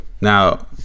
now